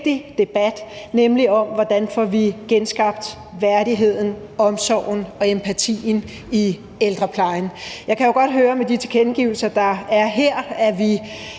debat, nemlig om, hvordan vi får genskabt værdigheden, omsorgen og empatien i ældreplejen. Jeg kan jo godt høre med de tilkendegivelser, der er her, at vi